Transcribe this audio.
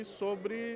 sobre